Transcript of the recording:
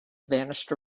vanished